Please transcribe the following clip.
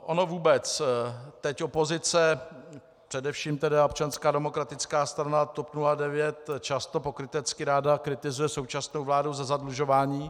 Ono vůbec teď opozice, především tedy Občanská demokratická strana a TOP 09, často pokrytecky ráda kritizuje současnou vládu za zadlužování.